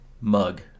mug